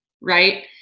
right